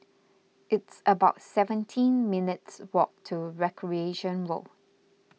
it's about seventeen minutes' walk to Recreation Road